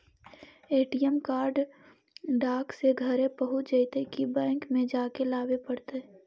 ATM card डाक से घरे पहुँच जईतै कि बैंक में जाके लाबे पड़तै?